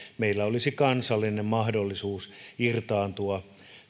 meillä olisi kansallinen mahdollisuus irtaantua